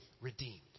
redeemed